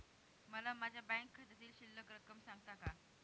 मला माझ्या बँक खात्यातील शिल्लक रक्कम सांगता का?